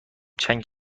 چند